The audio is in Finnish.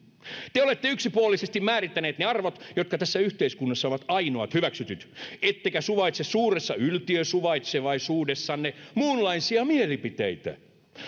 te olette yksipuolisesti määrittäneet ne arvot jotka tässä yhteiskunnassa ovat ainoat hyväksytyt ettekä suvaitse suuressa yltiösuvaitsevaisuudessanne muunlaisia mielipiteitä